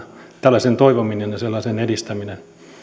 tällaisen toivominen ja sellaisen edistäminen on aidosti monikulttuurista